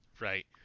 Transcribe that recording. right